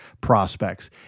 prospects